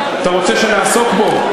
אתה רוצה שנעסוק בו?